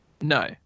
no